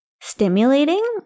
stimulating